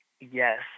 Yes